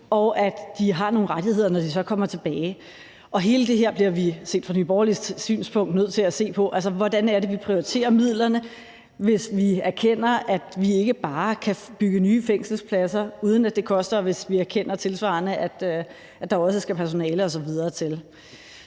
og at de har nogle rettigheder, når de så kommer tilbage. Hele det her bliver vi set fra Nye Borgerliges synspunkt nødt til at se på. Altså, hvordan prioriterer vi midlerne, hvis vi erkender, at vi ikke bare kan bygge nye fængselspladser, uden at det koster, og hvis vi tilsvarende erkender, at der også skal personale osv. til?